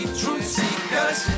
truth-seekers